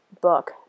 book